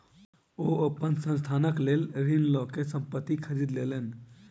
ओ अपन संस्थानक लेल ऋण लअ के संपत्ति खरीद लेलैन